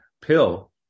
pill